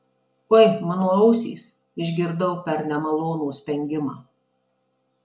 oi mano ausys išgirdau per nemalonų spengimą